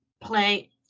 play